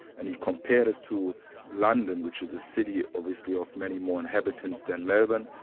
and he compared it to london, which is a city obviously of many more inhabitants than melbourne,